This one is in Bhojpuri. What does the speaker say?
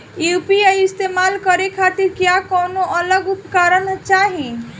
यू.पी.आई इस्तेमाल करने खातिर क्या कौनो अलग उपकरण चाहीं?